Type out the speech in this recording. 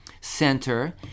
Center